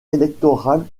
électorale